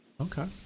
Okay